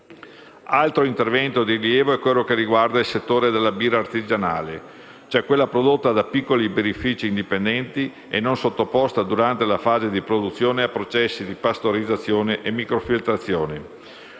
Altro intervento di rilievo è quello che riguarda il settore della birra artigianale, cioè quella prodotta da piccoli birrifici indipendenti e non sottoposta, durante la fase di produzione, a processi di pastorizzazione e microfiltrazione.